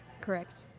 Correct